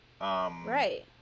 Right